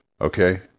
Okay